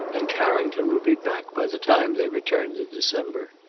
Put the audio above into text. and carrington would be back by the time they returned in december.